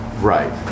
Right